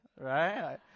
right